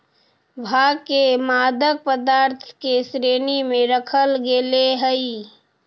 भाँग के मादक पदार्थ के श्रेणी में रखल गेले हइ